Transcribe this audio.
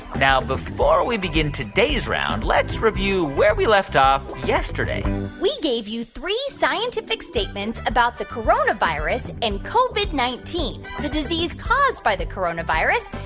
now, before we begin today's round, let's review where we left off yesterday we gave you three scientific statements about the coronavirus and covid nineteen, the disease caused by the coronavirus,